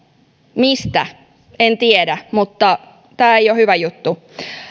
mistä en tiedä mutta tämä ei ole hyvä juttu